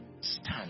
Stand